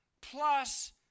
plus